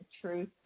truth